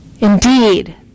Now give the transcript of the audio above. Indeed